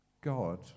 God